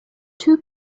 two